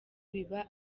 biba